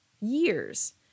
years